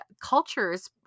cultures